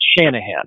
Shanahan